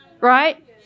Right